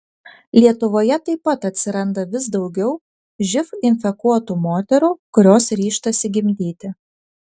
lietuvoje taip pat atsiranda vis daugiau živ infekuotų moterų kurios ryžtasi gimdyti